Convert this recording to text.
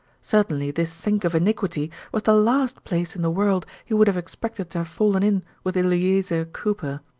certainly this sink of iniquity was the last place in the world he would have expected to have fallen in with eleazer cooper.